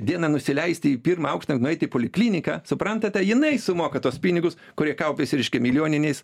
dieną nusileisti į pirmą aukštą nueiti į polikliniką suprantate jinai sumoka tuos pinigus kurie kaupiasi reiškia milijoninės